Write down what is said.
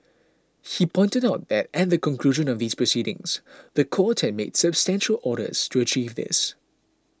he pointed out that at the conclusion of these proceedings the court had made substantial orders to achieve this